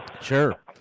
Sure